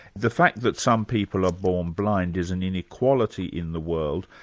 the fact that some people are born blind is an inequality in the world,